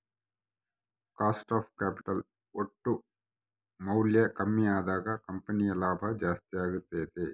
cost of capital ಒಟ್ಟು ಮೌಲ್ಯ ಕಮ್ಮಿ ಅದಾಗ ಕಂಪನಿಯ ಲಾಭ ಜಾಸ್ತಿ ಅಗತ್ಯೆತೆ